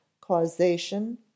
causation